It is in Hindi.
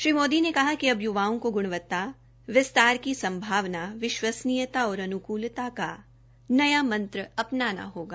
श्री मोदी ने कहा कि अब युवाओं को गुणवत्ता विस्तार की संभावना विश्वसनीयता और अनुकूलता का नया मंत्र अपनाना होगा